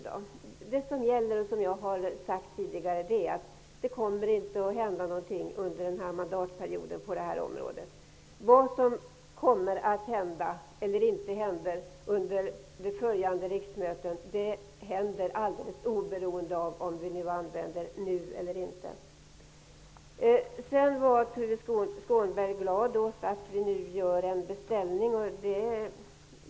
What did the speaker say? Vad som gäller, och det har jag tidigare sagt, är att det inte kommer att hända någonting på detta område under den här mandatperioden. Vad som händer -- kanske händer inget alls -- under följande riksmöten sker helt oberoende av om vi här använder ordet nu eller inte. Tuve Skånberg är glad över att vi nu gör en beställning.